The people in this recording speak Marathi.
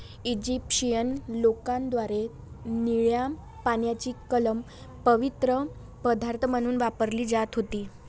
इजिप्शियन लोकांद्वारे निळ्या पाण्याची कमळ पवित्र पदार्थ म्हणून वापरली जात होती